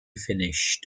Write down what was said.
finished